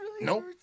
Nope